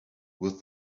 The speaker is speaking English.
with